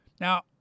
Now